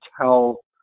tell